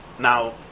Now